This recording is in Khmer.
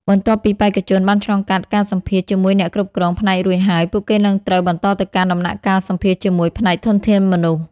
បន្ទាប់ពីបេក្ខជនបានឆ្លងកាត់ការសម្ភាសន៍ជាមួយអ្នកគ្រប់គ្រងផ្នែករួចហើយ ពួកគេនឹងត្រូវបន្តទៅកាន់ដំណាក់កាលសម្ភាសន៍ជាមួយផ្នែកធនធានមនុស្ស។